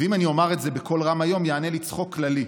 אם אומר זאת בקול היום, יענה לי צחוק כללי".